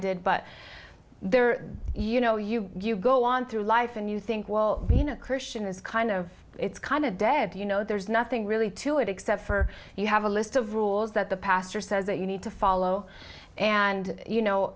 did but they're you know you you go on through life and you think well you know christian is kind of it's kind of dead you know there's nothing really to it except for you have a list of rules that the pastor says that you need to follow and you know